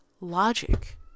Logic